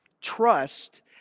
Trust